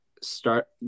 start